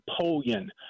Napoleon